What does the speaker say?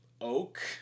oak